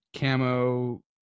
camo